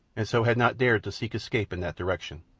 and so had not dared to seek escape in that direction.